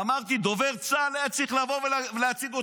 ואמרתי: דובר צה"ל היה צריך לבוא ולהציג אותו.